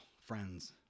friends